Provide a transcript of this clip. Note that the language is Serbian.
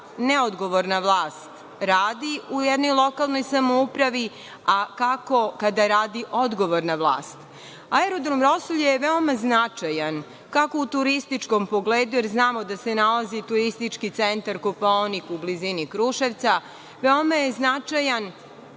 neodgovorna vlast gradi u jednoj lokalnoj samoupravi, a kako kada radi odgovorna vlast. Aerodrom „Rosulje“ je veoma značajan kako u turističkom pogledu, jer znamo da se nalazi turistički centar Kopaonik u blizini Kruševca. Veoma je značajan